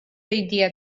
idea